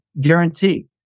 guarantee